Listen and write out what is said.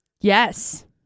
Yes